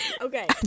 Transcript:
Okay